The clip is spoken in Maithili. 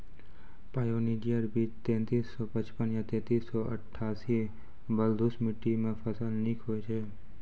पायोनियर बीज तेंतीस सौ पचपन या तेंतीस सौ अट्ठासी बलधुस मिट्टी मे फसल निक होई छै?